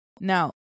now